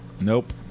Nope